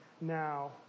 now